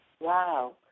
wow